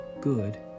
good